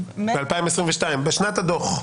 ב-2022, בשנת הדוח?